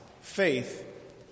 Faith